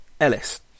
Ellis